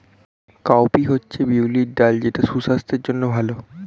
cowpea হচ্ছে বিউলির ডাল যেটা সুস্বাস্থ্যের জন্য ভালো